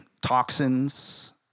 toxins